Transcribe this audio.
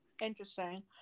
Interesting